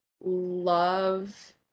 love